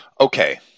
Okay